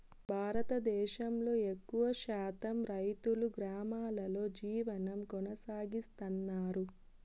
భారతదేశంలో ఎక్కువ శాతం రైతులు గ్రామాలలో జీవనం కొనసాగిస్తన్నారు